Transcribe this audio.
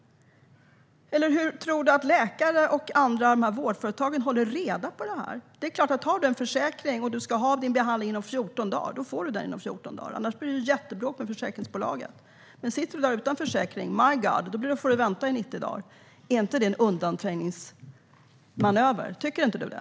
Eller hur tror du att läkare och dessa vårdföretag håller reda på detta? Det är klart att om någon har en försäkring och ska få sin behandling inom 14 dagar får man den inom 14 dagar. Annars blir det ett jättebråk med försäkringsbolaget. Men om man sitter utan försäkring - my God! - får man vänta i 90 dagar. Tycker inte du att detta är en undanträngningsmanöver?